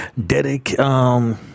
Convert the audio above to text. dedic